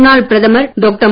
முன்னாள் பிரதமர் டாக்டர்